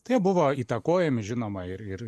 tai buvo įtakojami žinoma ir ir